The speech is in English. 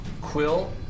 Quill